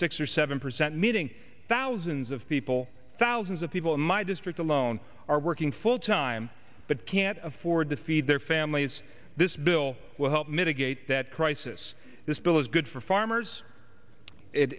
six or seven percent meaning thousands of people thousands of people in my district alone are working full time but can't afford to feed their families this bill will help mitigate that crisis this bill is good for farmers it